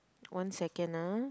one second ah